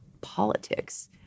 politics